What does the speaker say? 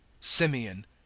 Simeon